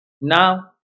Now